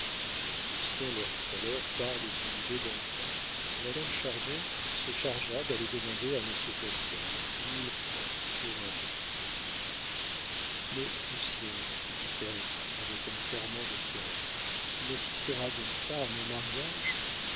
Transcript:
francs lucien leur fit part alors de son idée d'emprunt et madame chardon se chargea d'aller demander à monsieur postel mille francs pour un an mais lucien dit ève avec un serrement de cœur tu n'assisteras donc pas à mon mariage